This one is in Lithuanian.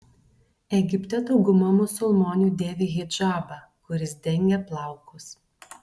egipte dauguma musulmonių dėvi hidžabą kuris dengia plaukus